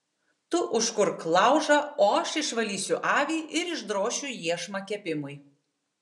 tu užkurk laužą o aš išvalysiu avį ir išdrošiu iešmą kepimui